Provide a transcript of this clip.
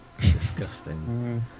Disgusting